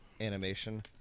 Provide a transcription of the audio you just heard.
animation